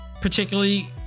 particularly